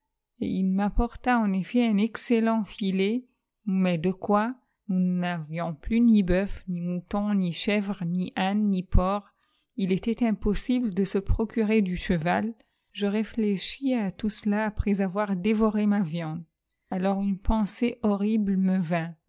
il m'apporta en efîet un excellent filet mais de quoi nous n'avions plus ni bœufs ni moutons ni chèvres ni ânes ni porcs ii était impossible de se procurer du cheval je réfléchis à tout cela après avoir dévoré ma viande alors une pensée horrible me vint